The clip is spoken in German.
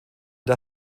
der